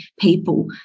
people